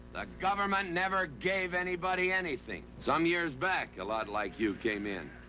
the government never gave anybody anything. some years back, a lot like you came in.